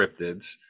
cryptids